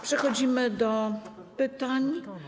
Przechodzimy do pytań.